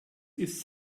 ist